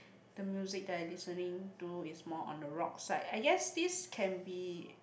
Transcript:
the music that I listening to is more on the rock side ah yes this can be